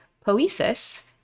poesis